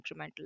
incremental